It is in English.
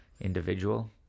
individual